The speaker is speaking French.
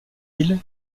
île